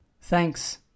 Thanks